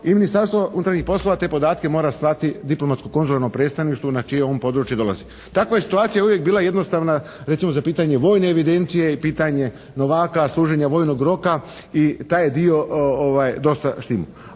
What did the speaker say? i Ministarstvo unutarnjih poslova te podatke mora slati diplomatsko konzularnom predstavništvu na čije on područje dolazi. Takva je situacija uvijek bila jednostavna recimo za pitanje vojne evidencije i pitanje novaka, služenja vojnog roka i taj je dio dosta štimao.